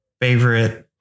favorite